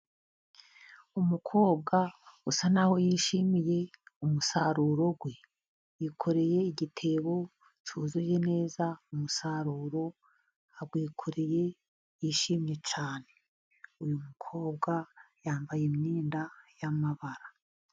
Umukobwa usa naho yishimiye umusaruro we, yikoreye igitebo cyuzuye neza umusaruro, awikoreye yishimye cyane, uyu mukobwa yambaye imyenda y'amabara.